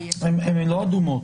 הן לא אדומות.